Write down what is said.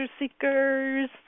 seekers